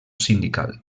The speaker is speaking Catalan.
sindical